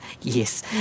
Yes